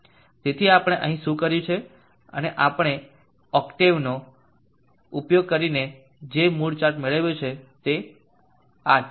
તેથી આપણે અહીં શું કર્યું છે અને આપણે ઓક્ટેવનો ઉપયોગ કરીને જે મૂડ ચાર્ટ મેળવ્યો છે તે જ છે